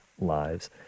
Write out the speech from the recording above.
lives